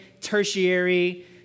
tertiary